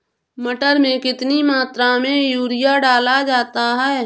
मटर में कितनी मात्रा में यूरिया डाला जाता है?